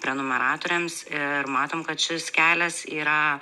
prenumeratoriams ir matom kad šis kelias yra